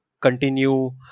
continue